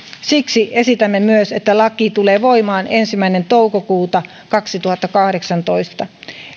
siksi esitämme myös että laki tulee voimaan ensimmäinen toukokuuta kaksituhattakahdeksantoista